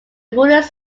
rulings